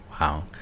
wow